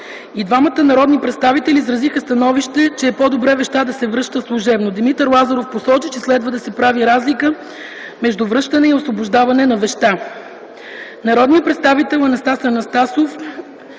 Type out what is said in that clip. И двамата народни представите изразиха становище, че е по-добре вещта да се връща служебно. Димитър Лазаров посочи, че следва да се прави разлика между връщане и освобождаване на вещта. Народният представител Анастас Анастасов